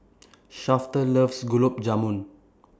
Shafter loves Gulab Jamun